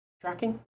tracking